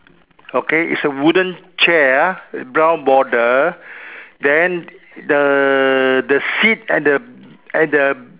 okay is a wooden chair ah brown border then the the seat and the and the